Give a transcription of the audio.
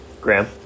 Graham